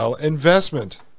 investment